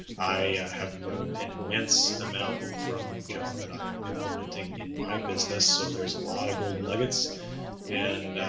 i have learned an immense amount from john that i am implementing in my business. so there's a lot of golden nuggets and, ah,